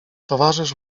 towarzysz